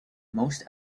most